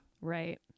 Right